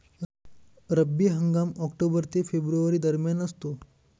रब्बी हंगाम ऑक्टोबर ते फेब्रुवारी दरम्यान असतो